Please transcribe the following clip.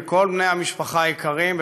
וכל בני המשפחה היקרים,